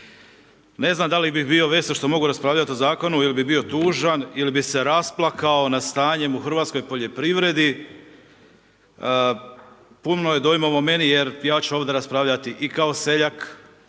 Ne znam da li bih bio vesel što mogu raspravljati o zakonu ili bi bio tužan ili bi se rasplakao nad stanjem u hrvatskoj poljoprivredi, puno je dojmova u meni jer ja ću ovdje raspravljati i kao seljak